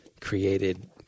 created